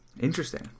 Interesting